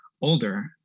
older